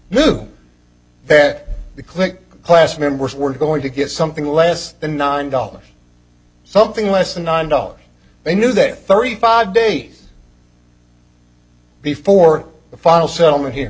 moon that the clink class members were going to get something less than nine dollars something less than nine dollars they knew that thirty five days before the final settlement here